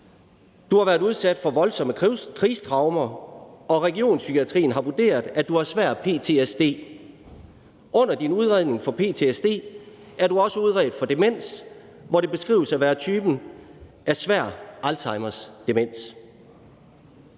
Du har været udsat for voldsomme krigstraumer, og regionspsykiatrien har vurderet, at du har svær ptsd. Under din udredning for ptsd er du også udredt for demens, hvor det beskrives at være af typen svær Alzheimers demens.